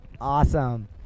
Awesome